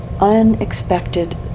unexpected